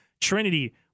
Trinity